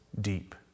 deep